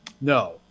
No